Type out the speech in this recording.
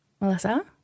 Melissa